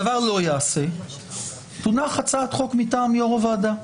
הדבר לא ייעשה תונח הצעת חוק מטעם יו"ר הוועדה,